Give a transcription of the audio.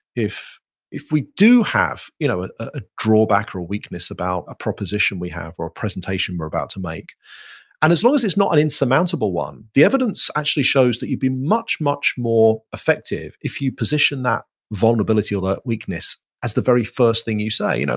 if if we do have you know a a drawback or a weakness about a proposition we have or a presentation we're about to make and as long as it's not an insurmountable one, the evidence actually shows that you'd be much, much more effective if you position that vulnerability or that weakness as the very first thing you say. you know